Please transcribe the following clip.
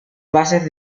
bases